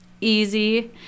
easy